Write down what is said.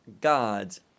God's